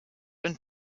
und